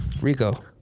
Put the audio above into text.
Rico